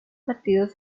partidos